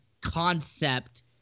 concept